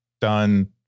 done